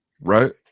right